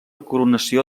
coronació